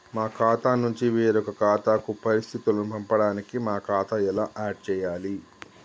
మా ఖాతా నుంచి వేరొక ఖాతాకు పరిస్థితులను పంపడానికి మా ఖాతా ఎలా ఆడ్ చేయాలి?